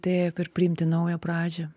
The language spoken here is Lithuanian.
taip ir priimti naują pradžią